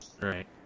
Right